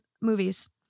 movies